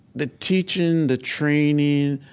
the teaching, the training,